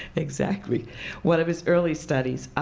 exactly one of his early studies